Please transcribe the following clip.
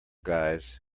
guys